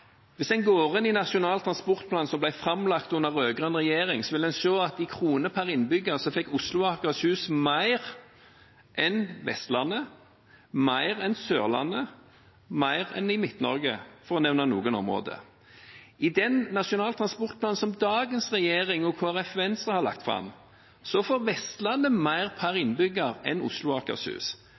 Hvis en går inn i Nasjonal transportplan som ble framlagt under rød-grønn regjering, vil en se at i kroner per innbygger fikk Oslo og Akershus mer enn Vestlandet, mer enn Sørlandet, mer enn Midt-Norge – for å nevne noen områder. I den nasjonale transportplanen som dagens regjering, Kristelig Folkeparti og Venstre har lagt fram, får Vestlandet mer per innbygger enn Oslo og Akershus,